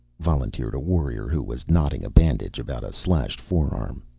volunteered a warrior, who was knotting a bandage about a slashed forearm.